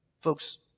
folks